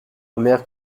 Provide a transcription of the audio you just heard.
omer